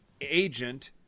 agent